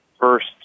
first